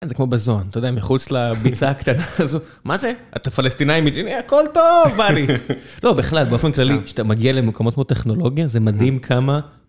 כן, זה כמו בזוהן, אתה יודע, מחוץ לביצה הקטנה הזו, מה זה? אתה פלסטינאי מג'נין, הכל טוב, באלי. לא, בכלל, באופן כללי, כשאתה מגיע למקומות כמו טכנולוגיה, זה מדהים כמה...